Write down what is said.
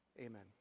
Amen